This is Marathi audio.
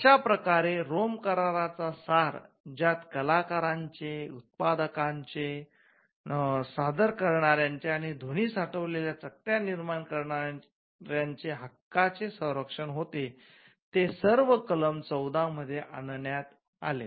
अशा प्रकारे रोम कराराचा सार ज्यात कलाकारांचे उत्पादकांचे सादर करणाऱ्याचे आणि ध्वनी साठवलेल्या चकत्या निर्माण करणाऱ्याचे हक्कांचे संरक्षण होते ते सर्व कलम १४ मध्ये आणण्यात आले